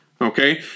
Okay